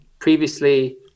Previously